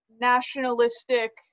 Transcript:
nationalistic